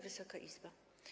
Wysoka Izbo!